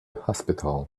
hospital